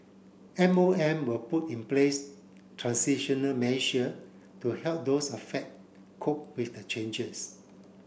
M O M will put in place transitional measure to help those affect cope with the changes